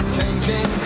Changing